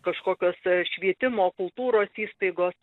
kažkokios švietimo kultūros įstaigos